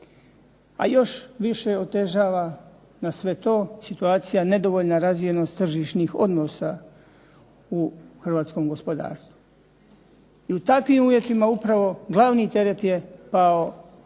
A još više otežava na sve to situacija nedovoljna razvijenost tržišnih odnosa u hrvatskom gospodarstvu. I u takvim uvjetima upravo glavni teret je pao na